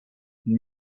une